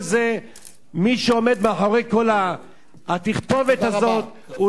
מי שעומד מאחורי כל התכתובת הזאת, תודה רבה.